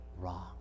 wrong